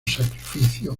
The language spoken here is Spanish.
sacrificio